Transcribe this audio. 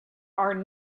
are